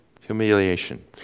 humiliation